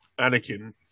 Anakin